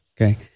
Okay